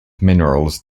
minerals